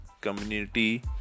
community